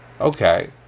Okay